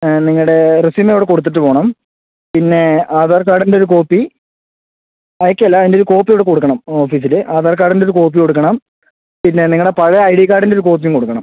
നിങ്ങളുടെ റെസ്യുമ് ഇവിടെ കൊടുത്തിട്ട് പോവണം പിന്നെ ആധാർ കാർഡിൻ്റ ഒരു കോപ്പി അയക്കുക അല്ല അതിന്റെ ഒരു കോപ്പി ഇവിടെ കൊടുക്കണം ഓഫീസിൽ ആധാർ കാർഡിൻ്റ ഒരു കോപ്പി കൊടുക്കണം പിന്നെ നിങ്ങളുടെ ഒരു പഴയ ഐ ഡി കാർഡിൻ്റ ഒരു കോപ്പിയും കൊടുക്കണം